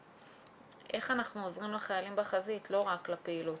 איך אנחנו עוזרים לחיילים בחזית ולא רק לפעילות?